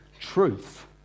truth